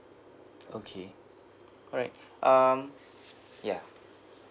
okay alright um ya